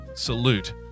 salute